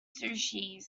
sushi